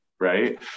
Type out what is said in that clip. right